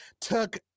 took